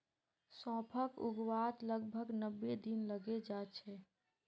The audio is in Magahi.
सौंफक उगवात लगभग नब्बे दिन लगे जाच्छे